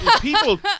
people